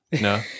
No